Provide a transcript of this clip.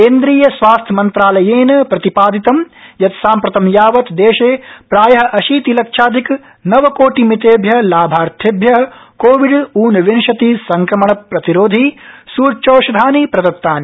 केन्द्रीय स्वास्थ्यमन्त्रालयेन प्रतिपादितं यत् साम्प्रतं यावत् देशे प्राय अशीतिलक्षाधिक नवकोटि मितेभ्य लाभार्थिभ्य कोविड् प्रतिरोधि संक्रमण ऊनविंशति सूच्यौषधानि प्रदत्तानि